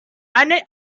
anna